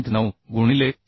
9 गुणिले 410atn